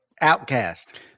outcast